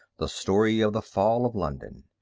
the story of the fall of london.